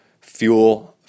fuel